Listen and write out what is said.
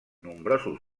nombrosos